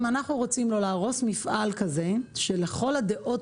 אם אנחנו רוצים לא להרוס מפעל כזה שלכל הדעות